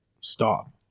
stop